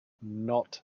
not